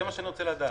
זה מה שאני רוצה לדעת.